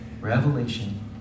Revelation